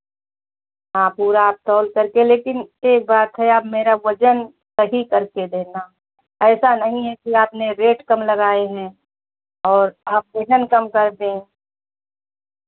हाँ पूरा आप तौल करके लेकिन एक बात है आप मेरा वजन सही करके देना ऐसा नहीं है कि आपने रेट कम लगाए हैं और आप वजन कम कर दें